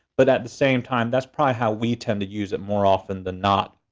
but at the same time, that's probably how we tend to use it, more often than not,